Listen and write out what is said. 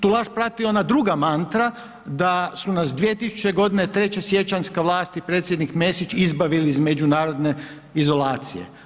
Tu laž prati ona druga mantra da su nas 2000. g. treće siječanjska vlast i Predsjednik Mesić izbavili iz međunarodne izolacije.